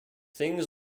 things